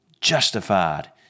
justified